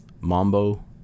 mambo